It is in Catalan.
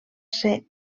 ser